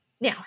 Now